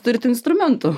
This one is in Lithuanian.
turit instrumentų